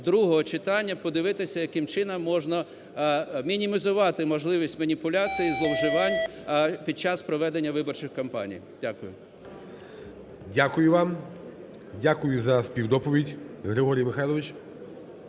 другого читання, подивитися яким чином можна мінімізувати можливість маніпуляцій і зловживань під час проведення виборчих кампаній. Дякую. ГОЛОВУЮЧИЙ. Дякую вам. Дякую за співдоповідь, Григорій Михайлович.